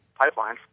Pipelines